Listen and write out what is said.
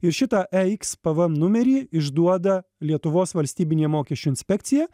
ir šitą e iks pvm numerį išduoda lietuvos valstybinė mokesčių inspekcija